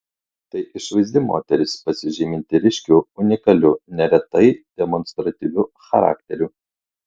tai išvaizdi moteris pasižyminti ryškiu unikaliu neretai demonstratyviu charakteriu